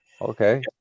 Okay